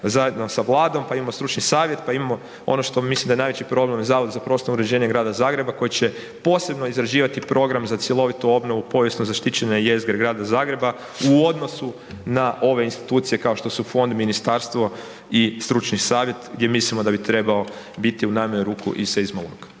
zajedno sa Vladom, pa imamo stručni savjet, pa imamo ono što mislim da je najveći problem, Zavod za prostorno uređenje grada Zagreba koje će posebno izrađivati program za cjelovitu obnovu povijesno zaštićene jezgre grada Zagreba u odnosu na ove institucije, kao što su fond, ministarstvo i stručni savjet, gdje mislimo da bi trebao biti u najmanju ruku i seizmolog.